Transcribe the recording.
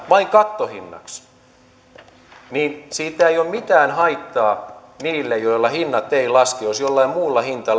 kattohinnaksi niin siitä ei ole mitään haittaa niille joilla hinnat eivät laske jos jollain muulla hinta